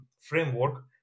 framework